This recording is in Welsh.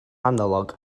analog